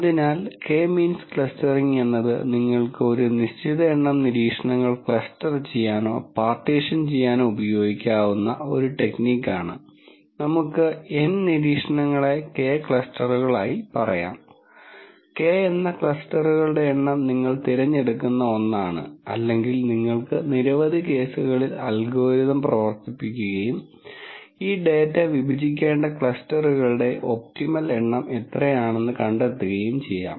അതിനാൽ K means clustering എന്നത് നിങ്ങൾക്ക് ഒരു നിശ്ചിത എണ്ണം നിരീക്ഷണങ്ങൾ ക്ലസ്റ്റർ ചെയ്യാനോ പാർട്ടീഷൻ ചെയ്യാനോ ഉപയോഗിക്കാവുന്ന ഒരു ടെക്നിക് ആണ് നമുക്ക് N നിരീക്ഷണങ്ങളെ K ക്ലസ്റ്ററുകളായി പറയാം K എന്ന ക്ലസ്റ്ററുകളുടെ എണ്ണം നിങ്ങൾ തിരഞ്ഞെടുക്കുന്ന ഒന്നാണ് അല്ലെങ്കിൽ നിങ്ങൾക്ക് നിരവധി കേസുകളിൽ അൽഗോരിതം പ്രവർത്തിപ്പിക്കുകയും ഈ ഡാറ്റ വിഭജിക്കേണ്ട ക്ലസ്റ്ററുകളുടെ ഒപ്റ്റിമൽ എണ്ണം എത്രയാണെന്ന് കണ്ടെത്തുകയും ചെയ്യാം